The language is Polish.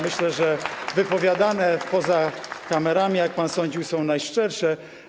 Myślę, że wypowiadane poza kamerami, jak pan sądził, są najszczersze.